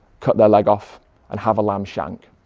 cut their leg off and have a lamb shank.